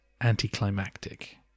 anticlimactic